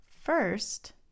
First